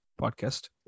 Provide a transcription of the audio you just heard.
podcast